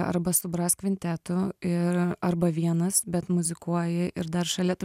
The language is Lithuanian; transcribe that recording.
arba su bras kvintetu ir arba vienas bet muzikuoji ir dar šalia ta